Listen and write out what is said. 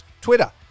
Twitter